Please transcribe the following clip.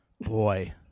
Boy